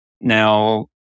Now